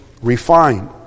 refine